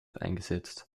eingesetzt